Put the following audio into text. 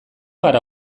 gara